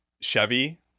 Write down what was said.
Chevy